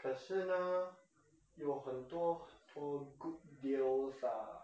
可是呢有很多有很多 good deals ah